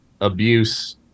abuse